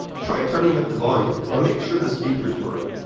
try turning up the volume and make sure the speakers work.